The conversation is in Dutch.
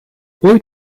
ooit